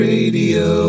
Radio